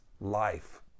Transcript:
life